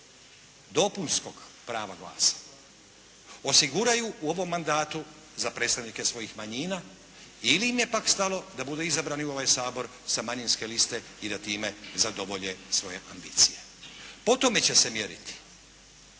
dopunskog prava glasa osiguraju u ovom mandatu za predstavnike svojih manjina ili im je pak stalo da budu izabrani u ovaj Sabor sa manjinske liste i da time zadovolje svoje ambicije. Po tome će se mjeriti